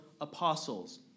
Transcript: apostles